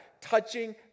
touching